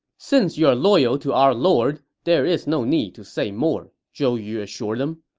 since you are loyal to our lord, there is no need to say more, zhou yu assured him.